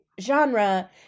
genre